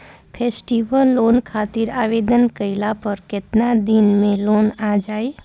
Festival loan खातिर आवेदन कईला पर केतना दिन मे लोन आ जाई?